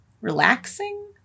Relaxing